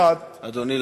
אדוני,